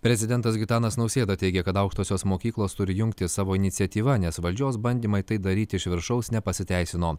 prezidentas gitanas nausėda teigia kad aukštosios mokyklos turi jungtis savo iniciatyva nes valdžios bandymai tai daryti iš viršaus nepasiteisino